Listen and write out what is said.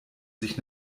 sich